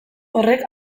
horrek